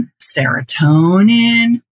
serotonin